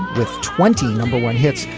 with twenty number one hits,